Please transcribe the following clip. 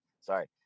Sorry